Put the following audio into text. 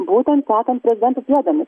būtent sekant prezidentų pėdomis